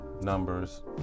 numbers